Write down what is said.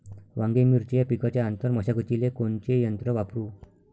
वांगे, मिरची या पिकाच्या आंतर मशागतीले कोनचे यंत्र वापरू?